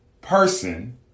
person